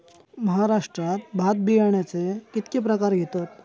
महाराष्ट्रात भात बियाण्याचे कीतके प्रकार घेतत?